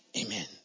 Amen